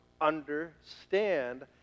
understand